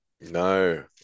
No